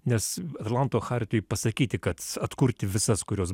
nes atlanto chartijoj pasakyti kad atkurti visas kurios